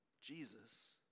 Jesus